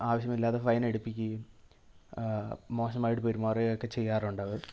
ആവശ്യമില്ലാതെ ഫൈൻ അടപ്പിക്കുകയും മോശമായിട്ട് പെരുമാറുകയൊക്കെ ചെയ്യാറുണ്ടവർ